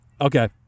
okay